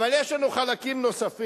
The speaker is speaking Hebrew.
אבל יש לנו חלקים נוספים.